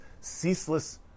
ceaseless